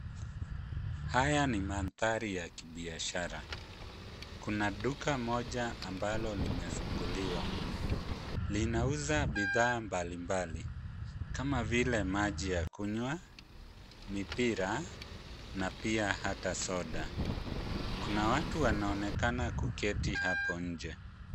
Haya ni mandhari ya kibiashara kuna duka moja ambalo limefunguliwa. Linauza bidhaa mbalimbali kama vile maji ya kunywa, mipira na pia hata soda. Kuna watu wanaonekana kuketi hapo nje.